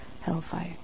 hellfire